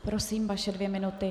Prosím, vaše dvě minuty.